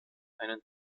einen